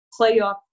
playoff